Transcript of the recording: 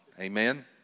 Amen